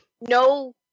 no